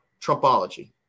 Trumpology